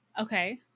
Okay